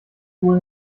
wohl